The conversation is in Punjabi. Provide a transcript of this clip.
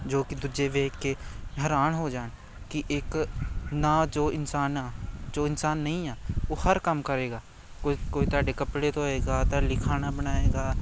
ਜੋ ਕਿ ਦੂਜੇ ਵੇਖ ਕੇ ਹੈਰਾਨ ਹੋ ਜਾਣ ਕਿ ਇੱਕ ਨਾ ਜੋ ਇਨਸਾਨ ਆ ਜੋ ਇਨਸਾਨ ਨਹੀਂ ਆ ਉਹ ਹਰ ਕੰਮ ਕਰੇਗਾ ਕੋਈ ਕੋਈ ਤੁਹਾਡੇ ਕੱਪੜੇ ਧੋਏਗਾ ਤੁਹਾਡੇ ਲਈ ਖਾਣਾ ਬਣਾਏਗਾ